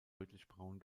rötlichbraun